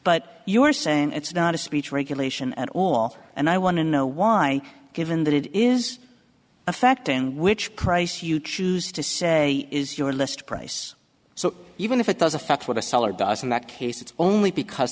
but you are saying it's not a speech regulation at all and i want to know why given that it is a fact in which price you choose to say is your list price so even if it does affect what a seller doesn't that case it's only because